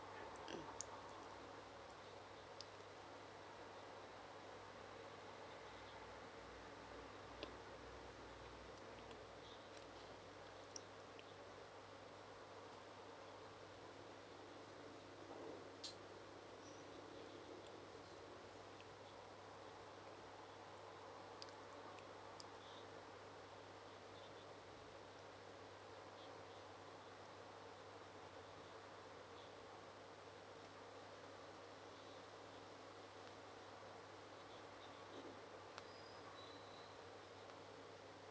mm